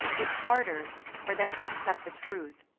it's harder for them to accept the truth,